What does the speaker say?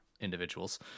individuals